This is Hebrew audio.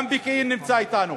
גם מפקיעין נמצא אתנו